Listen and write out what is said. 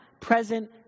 present